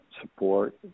support